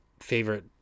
favorite